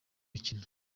mukino